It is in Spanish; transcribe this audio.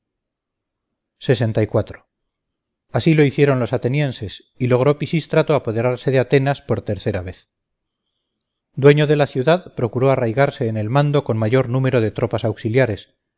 así lo hicieron los atenienses y logró pisístrato apoderarse de atenas por tercera vez dueño de la ciudad procuró arraigarse en el mando con mayor número de tropas auxiliares